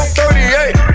38